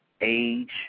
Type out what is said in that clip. age